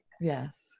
Yes